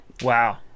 Wow